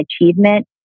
achievement